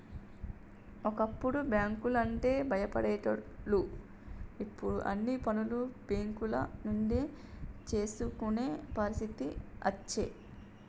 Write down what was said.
ఒకప్పుడు బ్యాంకు లంటే భయపడేటోళ్లు ఇప్పుడు అన్ని పనులు బేంకుల నుంచే చేసుకునే పరిస్థితి అచ్చే